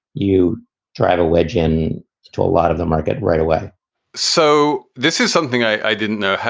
you drive a wedge in to a lot of them. i get right away so this is something i didn't know,